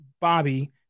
Bobby